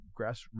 grassroots